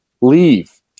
leave